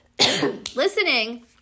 listening